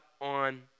on